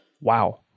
Wow